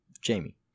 Jamie